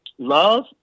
love